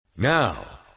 Now